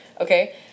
okay